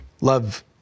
Love